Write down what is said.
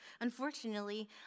Unfortunately